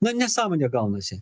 na nesąmonė gaunasi